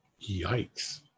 Yikes